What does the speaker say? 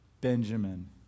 Benjamin